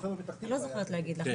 לא זוכרת להגיד לך,